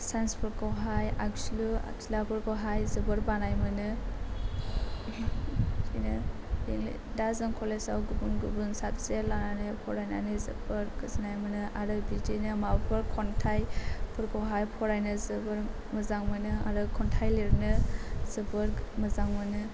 science फोरखौहाय आखिलु आखिलाफोरखौहाय जोबोर बानाय मोनो बिदिनो दा जों कलेज आव गुबुन गुबुन साबजेक्ट लानानै फरायनानै जोबोद गोजोननाय मोनो आरो बिदिनो माबाफोर खन्थाइफोरखौहाय फरायनो जोबोर मोजां मोनो आरो खन्थाइ लिरनो जोबोद मोजां मोनो